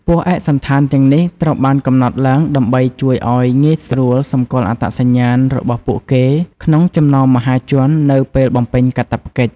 ពណ៌ឯកសណ្ឋានទាំងនេះត្រូវបានកំណត់ឡើងដើម្បីជួយឲ្យងាយស្រួលសម្គាល់អត្តសញ្ញាណរបស់ពួកគេក្នុងចំណោមមហាជននៅពេលបំពេញកាតព្វកិច្ច។